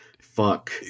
Fuck